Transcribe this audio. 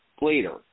later